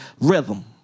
rhythm